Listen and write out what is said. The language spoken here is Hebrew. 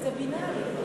זה בינארי.